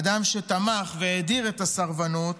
אדם שתמך והאדיר את הסרבנות